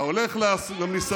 אתה הולך למסעדות,